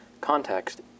context